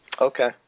Okay